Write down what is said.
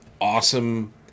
awesome